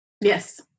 Yes